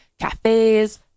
cafes